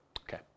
Okay